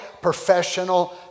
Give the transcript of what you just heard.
Professional